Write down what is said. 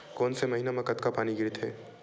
कोन से महीना म कतका पानी गिरथे?